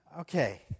Okay